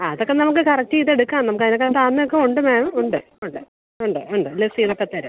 ആ അതൊക്കെ നമുക്ക് കറക്റ്റ് ചെയ്തെടുക്കാം നമുക്ക് അതിനൊക്കെ താഴ്ന്നതൊക്കെ ഉണ്ട് മാം ഉണ്ട് ഉണ്ട് ഉണ്ട് ഉണ്ട് ലെസ് ചെയ്തൊക്കെ തരാം